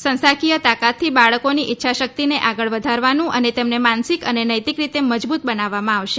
સંસ્થાકીય તાકાતથી બાળકોની ઈચ્છાશકિતને આગળ વધારવાનું અને તેમને માનસિક અને નૈતિક રીતે મજબૂત બનાવવામાં આવશે